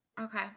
Okay